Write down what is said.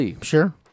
sure